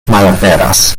malaperas